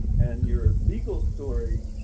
and your legal story